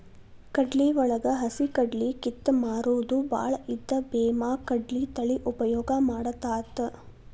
ಕಡ್ಲಿವಳಗ ಹಸಿಕಡ್ಲಿ ಕಿತ್ತ ಮಾರುದು ಬಾಳ ಇದ್ದ ಬೇಮಾಕಡ್ಲಿ ತಳಿ ಉಪಯೋಗ ಮಾಡತಾತ